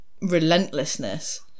relentlessness